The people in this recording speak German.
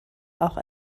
auch